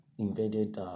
Invaded